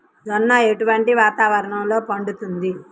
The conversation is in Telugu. జొన్న ఎటువంటి వాతావరణంలో పండుతుంది?